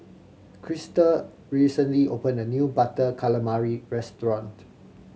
Crysta recently opened a new Butter Calamari restaurant